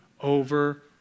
over